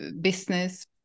business